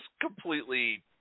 completely